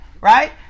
right